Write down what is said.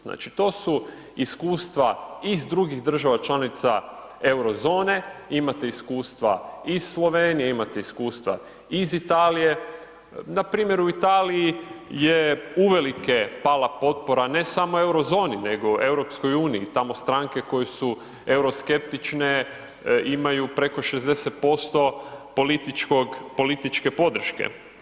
Znači, to su iskustva iz drugih država članica euro zone, imate iskustva iz Slovenije, imate iskustva iz Italije npr. u Italiji je uvelike pala potpora ne samo euro zoni nego EU i tamo stranke koje su euroskeptične imaju preko 60% političkog, političke podrške.